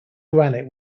granite